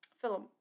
Philip